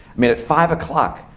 mean, at five o'clock,